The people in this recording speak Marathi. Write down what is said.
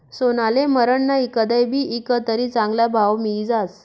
सोनाले मरन नही, कदय भी ईकं तरी चांगला भाव मियी जास